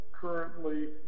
currently